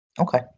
Okay